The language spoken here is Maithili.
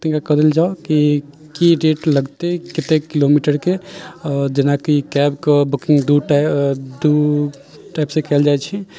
तय कऽ देल जाउ कि की रेट लगतै कतेक किलोमीटरके जेनाकि कैबके बुकिंग दू टा यऽ दू टाइपसँ कयल जाइ छै